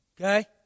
Okay